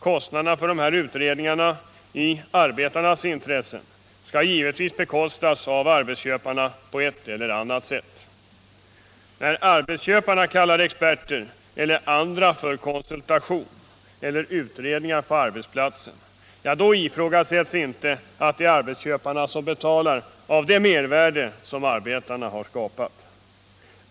Kostnaderna för dessa utredningar i arbetarnas intresse skall givetvis bekostas av arbetsköparna på ett eller annat sätt. När arbetsköparna tillkallar experter eller andra för konsultation eller utredningar på arbetsplatsen ifrågasätts inte att det är arbetsköparna som betalar av det mervärde som arbetarna har skapat.